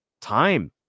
time